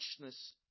richness